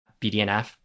BDNF